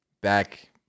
Back